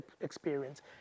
experience